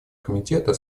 комитета